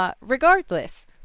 Regardless